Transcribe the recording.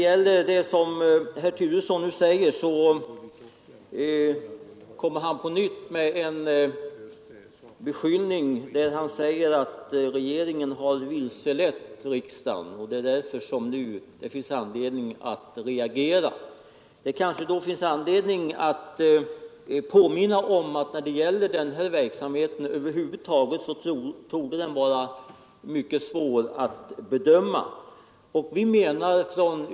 Herr Turesson kommer på nytt med en beskyllning och säger att regeringen har vilselett riksdagen och att det därför finns anledning att reagera. Man kanske då bör påminna om att denna verksamhet över huvud taget är mycket svår att bedöma.